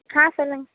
ஆ சொல்லுங்க